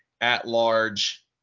at-large